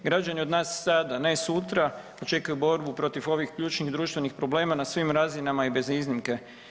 Građani od nas sada, ne sutra očekuju borbu protiv ovih ključnih društvenih problema na svim razinama i bez iznimke.